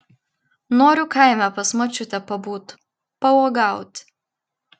noriu kaime pas močiutę pabūt pauogaut